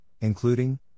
including